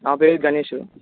మా పేరు గణేషు